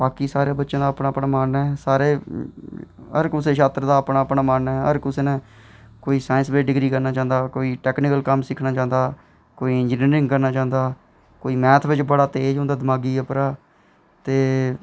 बाकी सारें बच्चें दा अपना अपना मन ऐ सारे हर कुसै छात्र दा अपना अपना मन ऐ हर कुसै नै कोई साईंस बिच डिग्री करना चांह्दा कोई टेक्नीकल कम्म करनाै चाहंदा कोई इंजीनियरिंग करना चाहंदा कोई मैथ बिच बड़ा तेज़ होंदा दिमागी उप्परा